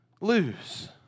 lose